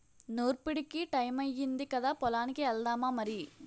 నూర్పుడికి టయమయ్యింది కదా పొలానికి ఎల్దామా మరి